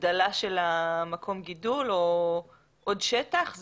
הגדלה של מקום הגידול או עוד שטח?